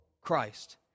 Christ